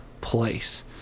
place